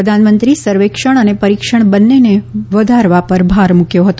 પ્રધાનમંત્રી સર્વેક્ષણ અને પરિક્ષણ બંનેને વધારવા પર ભાર મૂક્યો હતો